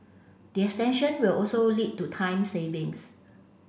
the extension will also lead to time savings